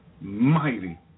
Mighty